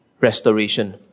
restoration